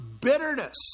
bitterness